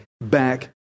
back